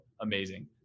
Amazing